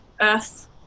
Earth